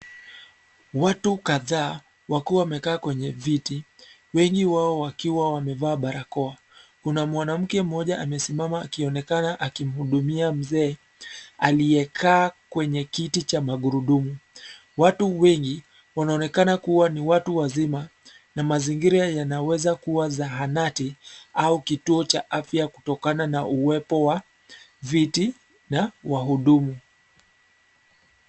Watu kadhaa wakiwa wamekaa kwenye viti, wengi wao wakiwa wamevaa barakoa. Kuna mwanamke mmoja amesimama akionekana akimhudumia mzee aliyekaa kwenye kiti cha magurudumu. Watu wengi wanaonekana kuwa ni watu wazima, na mazingira yanaweza kuwa ya zahanati au kituo cha Afya kutokana na uwepo wa viti na wahudumu.